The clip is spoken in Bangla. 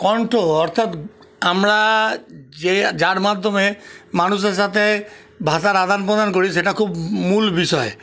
কন্ঠ অর্থাৎ আমরা যে যার মাধ্যমে মানুষের সাথে ভাষার আদান প্রদান করি সেটা খুব মূল বিষয়